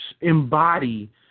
embody